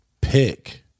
pick